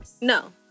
No